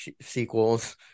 sequels